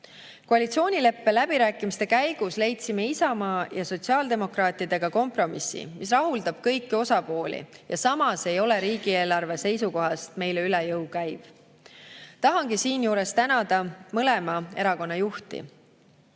Koalitsioonileppe läbirääkimiste käigus leidsime Isamaa ja sotsiaaldemokraatidega kompromissi, mis rahuldab kõiki osapooli ja samas ei ole riigieelarve seisukohast meile üle jõu käiv. Tahangi siinjuures tänada mõlema erakonna juhti,